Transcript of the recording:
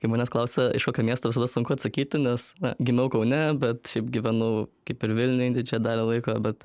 kai manęs klausia iš kokio miesto visada sunku atsakyti nes gimiau kaune bet šiaip gyvenu kaip ir vilniuj didžiąją dalį laiko bet